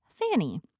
Fanny